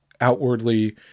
outwardly